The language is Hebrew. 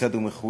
כיצד הוא מחולק,